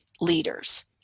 leaders